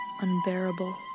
unbearable